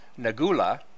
Nagula